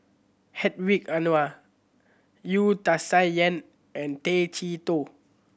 Hedwig Anuar Wu Tsai Yen and Tay Chee Toh